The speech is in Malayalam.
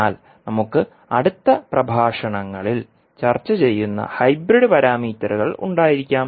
എന്നാൽ നമുക്ക് അടുത്ത പ്രഭാഷണങ്ങളിൽ ചർച്ച ചെയ്യുന്ന ഹൈബ്രിഡ് പാരാമീറ്ററുകൾ ഉണ്ടായിരിക്കാം